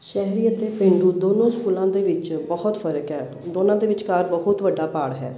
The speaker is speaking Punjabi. ਸ਼ਹਿਰੀ ਅਤੇ ਪੇਂਡੂ ਦੋਨੋਂ ਸਕੂਲਾਂ ਦੇ ਵਿੱਚ ਬਹੁਤ ਫ਼ਰਕ ਹੈ ਦੋਨਾਂ ਦੇ ਵਿਚਕਾਰ ਬਹੁਤ ਵੱਡਾ ਪਾੜ ਹੈ